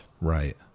Right